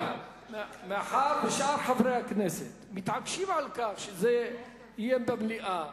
מאחר ששאר חברי הכנסת מתעקשים על כך שזה יהיה במליאה,